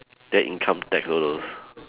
then income tax all those